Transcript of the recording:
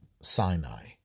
Sinai